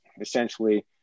essentially